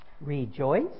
Rejoice